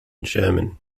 german